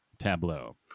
tableau